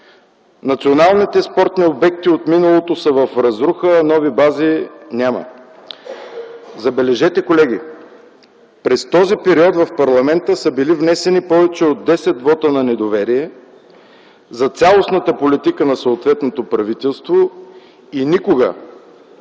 Националните спортни обекти от миналото са в разруха, а нови бази няма. Колеги, забележете, през този период в парламента са били внесени повече от 10 вота на недоверие за цялостната политика на съответното правителство и никога,